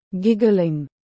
Giggling